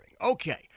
Okay